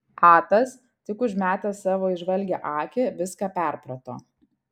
atas tik užmetęs savo įžvalgią akį viską perprato